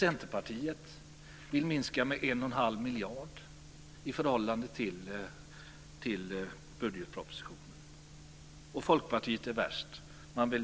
Centerpartiet vill minska med 1 1⁄2 miljard i förhållande till budgetpropositionen. Och Folkpartiet är värst.